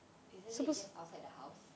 isn't it just outside the house